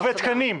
ובתקנים.